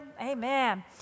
Amen